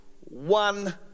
one